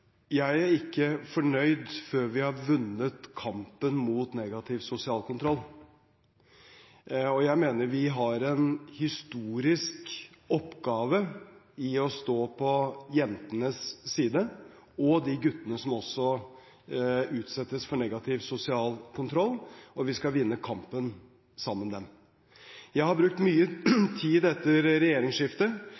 Jeg er ikke fornøyd før vi har vunnet kampen mot negativ sosial kontroll. Og jeg mener vi har en historisk oppgave i å stå på jentenes side – og også de guttene som utsettes for negativ sosial kontroll – og vi skal vinne kampen sammen med dem. Jeg har brukt mye